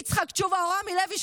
יצחק תשובה או רמי לוי,